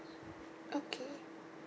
okay